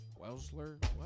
Welsler